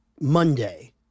Monday